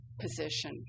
position